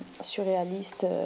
surréaliste